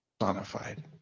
Sonified